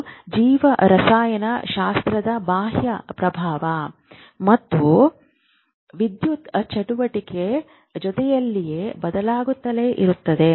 ಇದು ಜೀವರಸಾಯನಶಾಸ್ತ್ರದ ಬಾಹ್ಯ ಪ್ರಭಾವ ಮತ್ತು ವಿದ್ಯುತ್ ಚಟುವಟಿಕೆ ಜೊತೆಯಲ್ಲಿ ಬದಲಾಗುತ್ತಲೇ ಇರುತ್ತದೆ